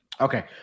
Okay